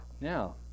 Now